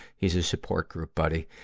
he's a support group buddy,